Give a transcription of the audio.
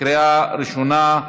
לקריאה ראשונה.